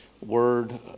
word